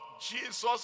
Jesus